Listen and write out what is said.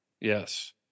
Yes